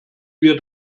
wir